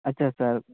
اچھا سر